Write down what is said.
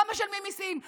לא משלמים מיסים,